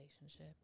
relationship